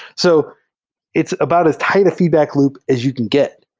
so it's about as tight a feedback loop as you can get,